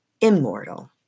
immortal